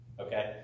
okay